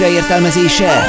értelmezése